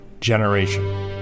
Generation